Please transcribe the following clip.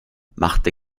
machte